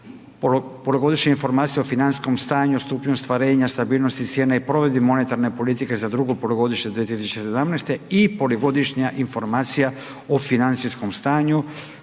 o financijskom stanju, stupnju ostvarenja stabilnosti cijena i provedbi monetarne politike za drugo polugodište 2017. i Polugodišnja informacija o financijskom stanju,